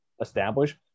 establish